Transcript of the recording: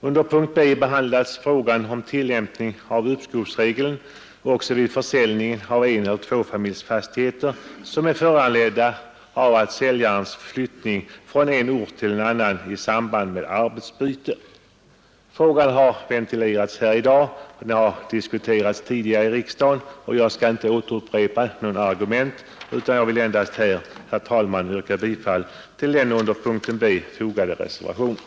Under punkten B behandlas frågan om tillämpning av uppskovsregeln också vid försäljning av eneller tvåfamiljsfastigheter som är föranledda av säljarens flyttning från en ort till annan i samband med arbetsbyte. Frågan har ventilerats här i dag, och den har också diskuterats tidigare i riksdagen. Jag skall därför inte upprepa några argument utan yrkar bara bifall till den under punkten B avgivna reservationen.